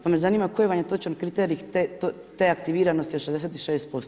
Pa me zanima koji vam je točan kriterij te aktiviranosti od 66%